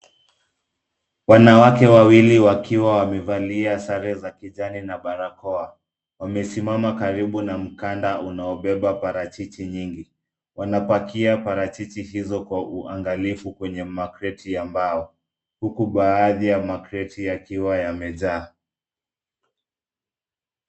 Wanawake wawili wakiwa wamevalia sare za kijana na barakoa. Wamesimama karibu na mkanda unaobeba parachichi nyingi. Wanapakia parachichi hizo kwa uangalifu kwenye makreti ya mbao huku baadhi ya makreti yakiwa yamejaa.